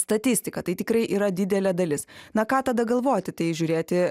statistiką tai tikrai yra didelė dalis na ką tada galvoti tai žiūrėti